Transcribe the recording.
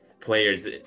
players